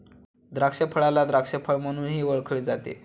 द्राक्षफळाला द्राक्ष फळ म्हणूनही ओळखले जाते